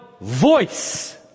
voice